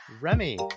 Remy